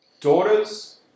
Daughters